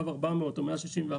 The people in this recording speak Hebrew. קו 400 או 161,